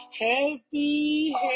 happy